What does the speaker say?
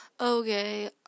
okay